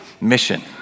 mission